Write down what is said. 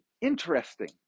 interesting